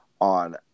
on